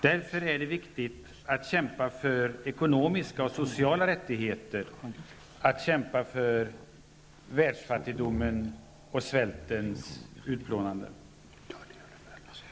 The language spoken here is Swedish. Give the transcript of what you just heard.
Därför är det viktigt att kämpa för ekonomiska och sociala rättigheter, att kämpa för världsfattigdomens och svältens utplånande.